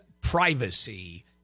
privacy